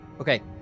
Okay